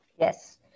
Yes